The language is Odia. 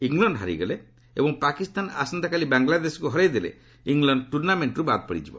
ଇଂଲଣ୍ଡ ହାରିଗଲେ ଏବଂ ପାକିସ୍ତାନ ଆସନ୍ତାକାଲି ବାଂଲାଦେଶକୁ ହରାଇଦେଲେ ଇଂଲଣ୍ଡ ଟୁର୍ଣ୍ଣାମେଣ୍ଟ୍ରରୁ ବାଦ୍ ପଡ଼ିବ